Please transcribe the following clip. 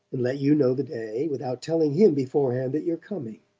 and let you know the day, without telling him beforehand that you're coming.